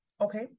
Okay